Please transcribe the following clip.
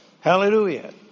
Hallelujah